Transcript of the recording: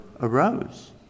arose